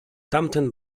tamten